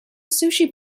sushi